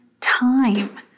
time